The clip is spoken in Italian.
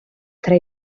tra